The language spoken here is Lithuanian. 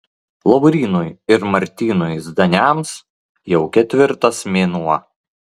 laurynui ir martynui zdaniams jau ketvirtas mėnuo